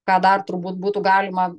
ką dar turbūt būtų galima